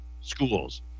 schools